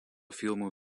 filmų